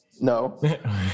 No